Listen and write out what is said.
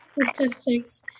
statistics